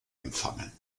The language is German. empfangen